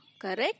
correct